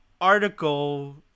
article